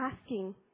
asking